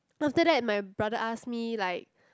after that my brother ask me like